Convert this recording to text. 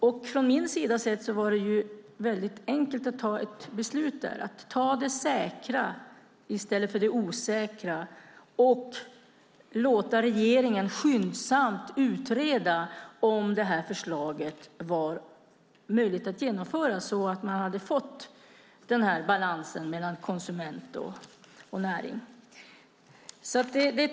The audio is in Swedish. Sett från min sida var det väldigt enkelt att ta ett beslut där, att ta det säkra i stället för det osäkra och att låta regeringen skyndsamt utreda om det här förslaget var möjligt att genomföra, så att man kunde få den här balansen mellan konsument och näring.